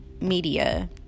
media